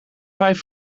vijf